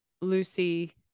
Lucy